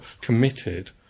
committed